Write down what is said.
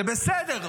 זה בסדר.